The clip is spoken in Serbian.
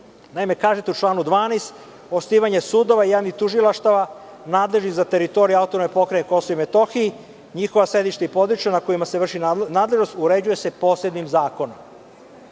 kažete u članu 12. – osnivanje sudova, javnih tužilaštava nadležnih za teritoriju Autonomnoj Pokrajini Kosovu i Metohiji, njihova sedišta i područja na kojima se vrši nadležnost uređuje se posebnim zakonom. Sada